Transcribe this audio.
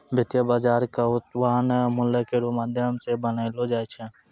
वित्तीय बाजार क वर्तमान मूल्य केरो माध्यम सें बनैलो जाय छै